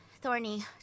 thorny